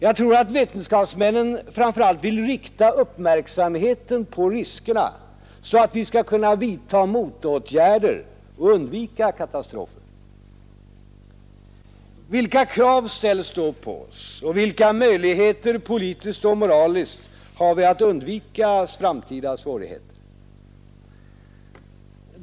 Jag tror att vetenskapsmännen framför allt vill rikta uppmärksamheten på riskerna för att vi skall kunna vidta motåtgärder och undvika katastrofer. Vilka krav ställs då på oss och vilka möjligheter — politiskt och moraliskt — har vi att undvika framtida svårigheter?